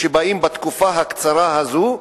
שבאים בתקופה הקצרה הזו,